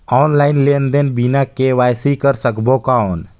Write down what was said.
Online लेनदेन बिना KYC कर सकबो कौन??